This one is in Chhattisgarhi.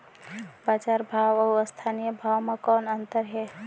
बजार भाव अउ स्थानीय भाव म कौन अन्तर हे?